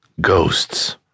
Ghosts